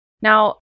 Now